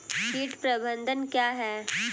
कीट प्रबंधन क्या है?